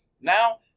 Now